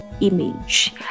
image